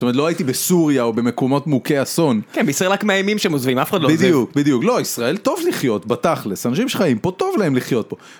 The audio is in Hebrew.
זאת אומרת, לא הייתי בסוריה או במקומות מוכי אסון. כן, בישראל רק מאיימים שהם עוזבים, אף אחד לא עוזב. בדיוק, בדיוק, לא, ישראל טוב לחיות, בתכלס, אנשים שחיים פה, טוב להם לחיות פה.